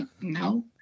no